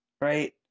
Right